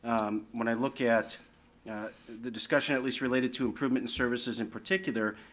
when i look at the discussion at least related to improvement and services in particular,